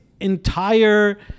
entire